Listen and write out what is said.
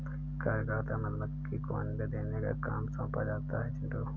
कार्यकर्ता मधुमक्खी को अंडे देने का काम सौंपा जाता है चिंटू